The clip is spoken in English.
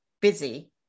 busy